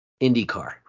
IndyCar